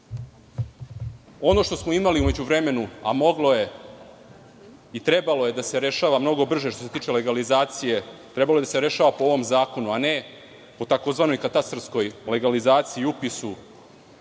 što smo u međuvremenu imali, a moglo je i trebalo je da se rešava mnogo brže što se tiče legalizacije, trebalo je da se rešava po ovom zakonu, a ne po tzv. katastarskoj legalizaciji i upisu